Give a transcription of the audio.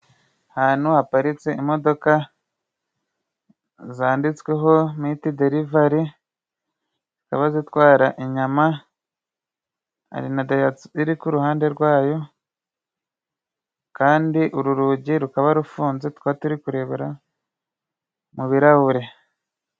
Ahantu haparitse imodoka zanditsweho mitiderivari zikaba zitwara inyama, hari na dayihatsu iri ku ruhande rwayo, kandi uru rugi rukaba rufunze turi kurebera mu birahure.